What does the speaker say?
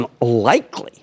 unlikely